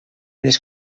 les